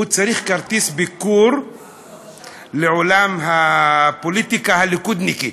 הוא צריך כרטיס ביקור לעולם הפוליטיקה הליכודניקית.